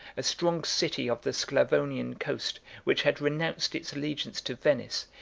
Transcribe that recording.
a strong city of the sclavonian coast, which had renounced its allegiance to venice,